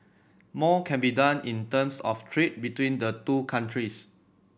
more can be done in terms of trade between the two countries